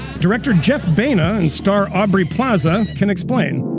director jeff baena and star aubrey plaza can explain.